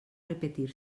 repetir